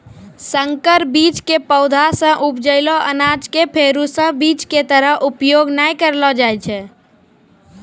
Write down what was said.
संकर बीज के पौधा सॅ उपजलो अनाज कॅ फेरू स बीज के तरह उपयोग नाय करलो जाय छै